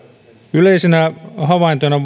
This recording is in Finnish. yleisenä havaintona